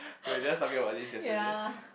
we were just talking about this yesterday